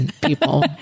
people